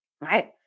Right